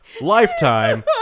lifetime